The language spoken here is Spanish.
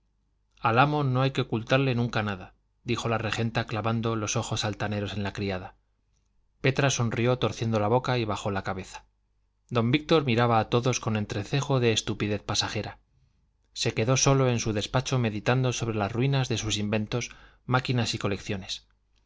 amo no hay que ocultarle nunca nada dijo la regenta clavando los ojos altaneros en la criada petra sonrió torciendo la boca y bajó la cabeza don víctor miraba a todos con entrecejo de estupidez pasajera se quedó solo en su despacho meditando sobre las ruinas de sus inventos máquinas y colecciones